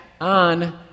on